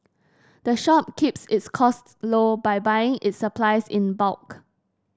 the shop keeps its costs low by buying its supplies in bulk